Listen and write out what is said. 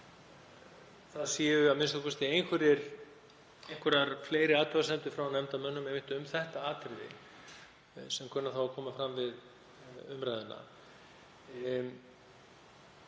það séu a.m.k. einhverjar fleiri athugasemdir frá nefndarmönnum um þetta atriði sem kunna að koma fram við umræðuna.